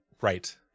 Right